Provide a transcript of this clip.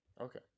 Okay